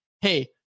hey